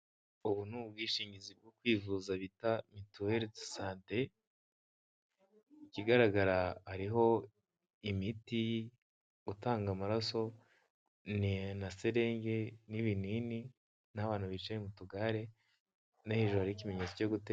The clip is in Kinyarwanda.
Ubu ni ubwishingizi bwo kwivuza bita mituwele de sante, ikigaragara hariho imiti, gutanga amaraso na serenge n'ibinini n'abantu bicaye mu tugare no hejuru hariho ikimenyetso cyo guteranya.